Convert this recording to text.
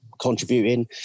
contributing